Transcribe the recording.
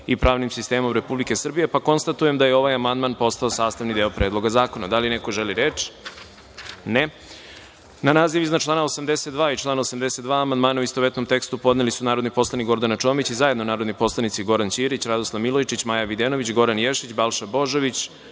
i pravnim sistemom Republike Srbije. Konstatujem da je ovaj amandman postao sastavni deo Predloga zakona. Da li neko želi reč? (Ne.)Na naziv iznad člana 82. i člana 82. amandmane u istovetnom tekstu podneli su narodni poslanik Gordana Čomić i zajedno narodni poslanici Goran Ćirić, Radoslav Milojičić, Maja Videnović, Goran Ješić, Balša Božović,